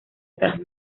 otras